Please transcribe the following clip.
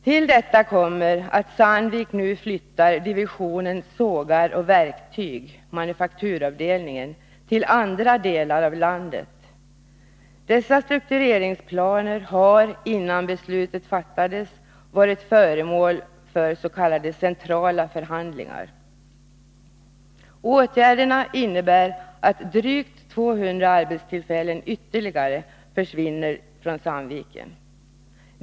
Till detta kommer att Sandvik nu flyttar divisionen Sågar och verktyg, manufakturavdelningen, till andra delar av landet. Dessa struktureringsplaner har — innan beslutet fattades — varit föremål för centrala förhandlingar. Åtgärderna innebär att ytterligare drygt 200 arbetstillfällen försvinner i Sandviken.